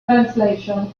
translation